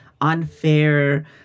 unfair